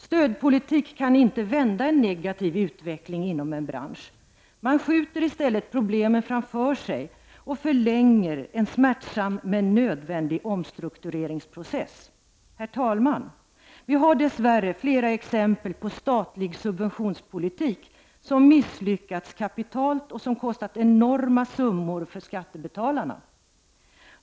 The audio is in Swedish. Stödpolitik kan inte vända en negativ utveckling inom en bransch. Man skjuter i stället problemen framför sig och förlänger en smärtsam men nödvändig omstruktureringsprocess. Herr talman! Vi har dess värre flera exempel på statlig subventionspolitik som har misslyckats kapitalt och som har kostat skattebetalarna enorma summor.